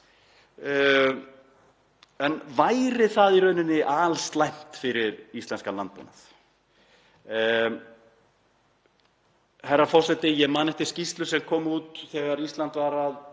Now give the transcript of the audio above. En væri það í rauninni alslæmt fyrir íslenskan landbúnað? Herra forseti. Ég man eftir skýrslu sem kom út þegar Ísland var í